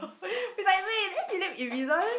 she's like wait eh then she look if it doesn't